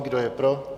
Kdo je pro?